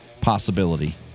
possibility